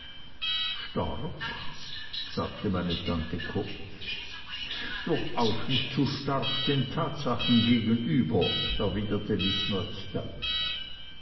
sagte meine tante kurz durchaus nicht zu stark den tatsachen gegenüber erwiderte